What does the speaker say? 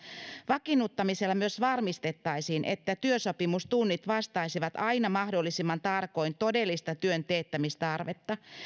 vakiinnuttamisella myös varmistettaisiin että työsopimustunnit vastaisivat aina mahdollisimman tarkoin todellista työn teettämistarvetta